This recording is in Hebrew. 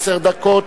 עשר דקות